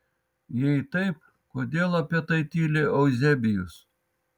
jei taip kodėl apie tai tyli euzebijus